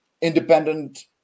independent